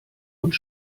und